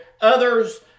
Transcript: Others